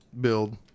build